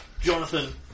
Jonathan